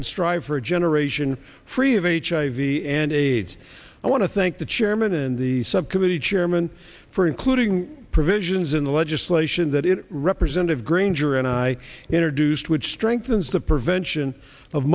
and strive for a generation free of hiv and aids i want to thank the chairman and the subcommittee chairman for including provisions in the legislation that in representative granger and i introduced which strengthens the prevention of